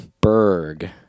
Berg